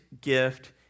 gift